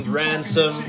ransom